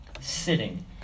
sitting